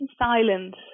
silence